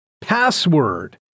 Password